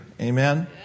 Amen